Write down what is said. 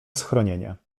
schronienie